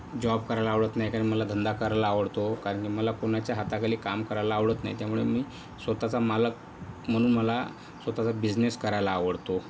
job करायला आवडत नाही कारण मला धंदा करायला आवडतो कारण की मला कोणाच्या हाताखाली काम करायला आवडत नाही त्यामुळे मी स्वतःचा मालक म्हणून मला स्वतःचा बिझनेस करायला आवडतो